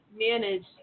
manage